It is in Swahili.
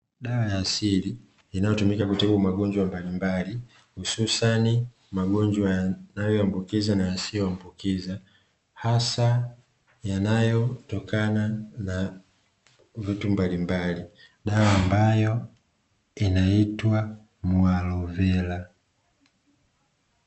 Dawa ya asili, inayotumika kutibu magonjwa mbalimbali, hususan magonjwa yanayoambukiza na yasiyoambukiza, hasa yanayotokana na vitu mbalimbali, dawa ambayo inaitwa mualovera.